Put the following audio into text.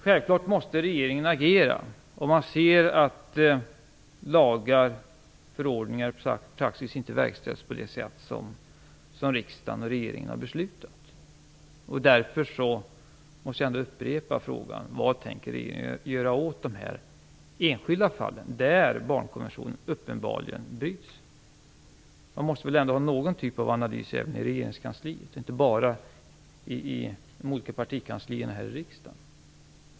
Självklart måste regeringen agera om den ser att lagar, förordningar och praxis inte verkställs på det sätt som riksdagen och regeringen har fattat beslut om. Därför måste jag upprepa min fråga. Vad tänker regeringen göra åt dessa enskilda fall, där man uppenbarligen bryter mot barnkonventionen? Även i regeringskansliet måste man väl ha någon typ av analys och inte bara i de olika partikanslierna här i riksdagen.